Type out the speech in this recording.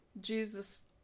Jesus